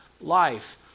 life